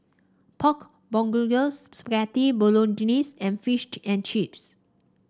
Pork Bulgogi Spaghetti Bolognese and Fish and Chips